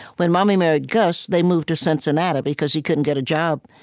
when mommy married gus, they moved to cincinnati, because he couldn't get a job.